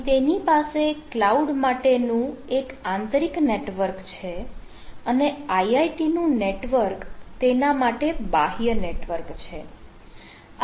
અહીં તેની પાસે કલાઉડ માટેનું એક આંતરિક નેટવર્ક છે અને IIT નું નેટવર્ક તેના માટે બાહ્ય નેટવર્ક છે